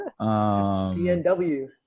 PNW